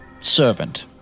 servant